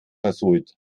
versohlt